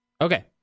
Okay